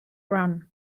run